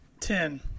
Ten